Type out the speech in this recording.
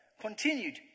continued